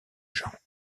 gens